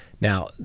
Now